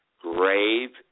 grave